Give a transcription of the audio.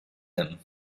him